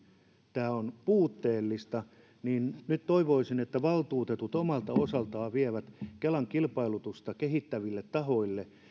tämä on puutteellista ja nyt toivoisin että valtuutetut omalta osaltaan vievät kelan kilpailutusta kehittäville tahoille